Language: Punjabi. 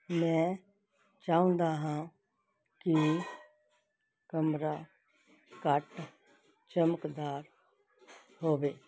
ਮੈਂ ਚਾਹੁੰਦਾ ਹਾਂ ਕਿ ਕਮਰਾ ਘੱਟ ਚਮਕਦਾਰ ਹੋਵੇ